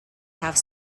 have